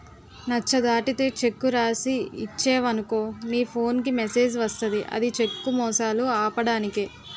నచ్చ దాటితే చెక్కు రాసి ఇచ్చేవనుకో నీ ఫోన్ కి మెసేజ్ వస్తది ఇది చెక్కు మోసాలు ఆపడానికే